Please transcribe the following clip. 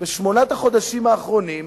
בשמונת החודשים האחרונים,